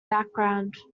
background